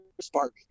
spark